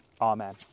Amen